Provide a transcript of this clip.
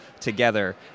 together